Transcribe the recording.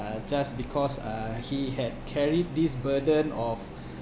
uh just because uh he had carried this burden of